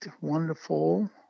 wonderful